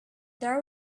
there